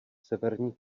severní